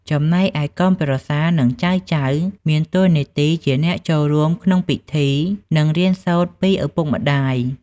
ចំណែកឯ កូនប្រសា និង ចៅៗ មានតួនាទីជាអ្នកចូលរួមក្នុងពិធី និងរៀនសូត្រពីឪពុកម្ដាយ។